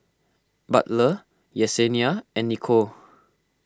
Butler Yesenia and Nichole